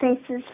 Faces